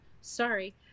Sorry